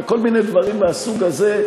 וכל מיני דברים מהסוג הזה.